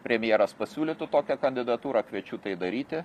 premjeras pasiūlytų tokią kandidatūrą kviečiu tai daryti